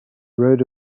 wrote